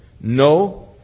No